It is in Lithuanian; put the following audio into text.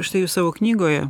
štai jūs savo knygoje